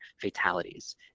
fatalities